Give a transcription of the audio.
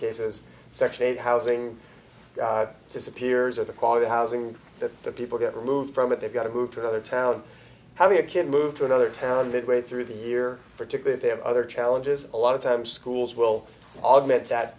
cases section eight housing disappears or the quality housing that the people get removed from it they've got to move to another town how you can move to another town midway through the year particularly they have other challenges a lot of times schools will augment that